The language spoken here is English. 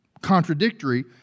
contradictory